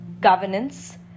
governance